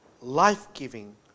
life-giving